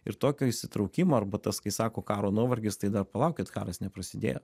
ir tokio įsitraukimo arba tas kai sako karo nuovargis tai dar palaukit karas neprasidėjo